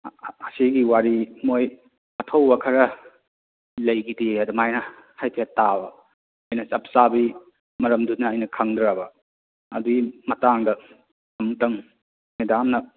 ꯑꯁꯤꯒꯤ ꯋꯥꯔꯤ ꯃꯣꯏ ꯑꯊꯧꯕ ꯈꯔ ꯂꯩꯈꯤꯗꯦ ꯑꯗꯨꯃꯥꯏꯅ ꯍꯥꯏꯐꯦꯠ ꯇꯥꯕ ꯑꯩꯅ ꯆꯞ ꯆꯥꯕꯤ ꯃꯔꯝꯗꯨꯅ ꯑꯩꯅ ꯈꯪꯗ꯭ꯔꯕ ꯑꯗꯨꯏ ꯃꯇꯥꯡꯗ ꯑꯝꯇꯪ ꯃꯦꯗꯥꯝꯅ